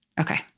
Okay